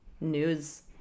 news